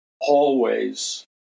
hallways